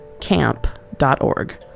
camp.org